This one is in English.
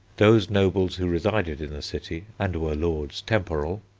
those nobles who resided in the city and were lords temporal,